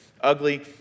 ugly